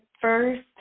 first